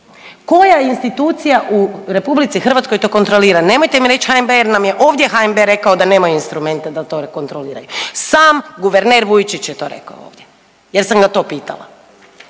koja institucija u RH to kontrolira, nemojte mi reć HNB jer nam je ovdje HNB rekao da nemaju instrumente da to kontroliraju, sam guverner Vujčić je to rekao ovdje jer sam ga to pitala.